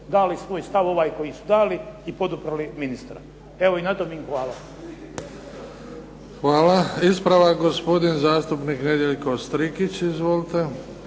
dali svoj stav ovaj koji su dali i poduprli ministra i na tom im hvala. **Bebić, Luka (HDZ)** Hvala. Ispravak, gospodin zastupnik Nedjeljko Strikić. Izvolite.